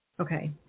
Okay